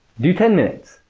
do ten minutes.